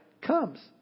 comes